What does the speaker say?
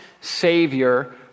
Savior